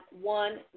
one